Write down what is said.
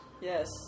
Yes